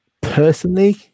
Personally